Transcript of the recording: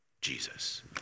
Jesus